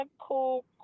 cool